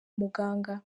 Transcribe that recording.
muganga